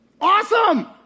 Awesome